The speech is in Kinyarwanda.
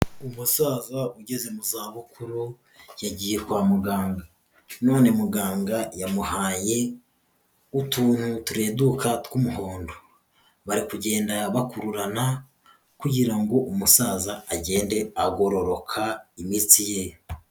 Umusaza ugeze mu za bukuru yagiye kwa muganga, none muganga yamuha utuntu tureduka tw'umuhondo, bariku kugenda bakururana kugira ngo umusaza agende agororoka imitsi ye.